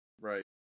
Right